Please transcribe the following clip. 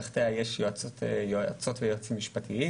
תחתיה יש יועצות ויועצים משפטיים